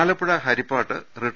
ആലപ്പുഴ ഹരിപ്പാട്ട് റിട്ട